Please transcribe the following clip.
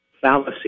fallacy